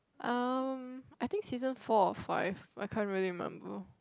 um I think season four or five I can't really remember